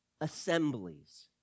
assemblies